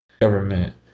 government